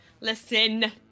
Listen